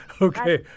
Okay